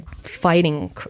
fighting